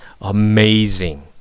amazing